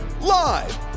Live